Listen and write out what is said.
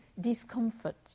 discomfort